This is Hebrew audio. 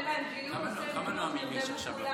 אין להם גיוס, אין כלום, נרדמו כולם.